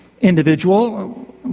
individual